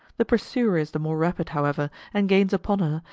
the pursuer is the more rapid, however, and gains upon her,